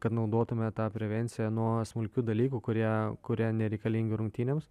kad naudotume tą prevenciją nuo smulkių dalykų kurie kurie nereikalingi rungtynėms